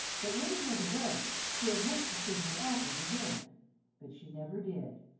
that when he went away, she had hoped to see him often again but she never did,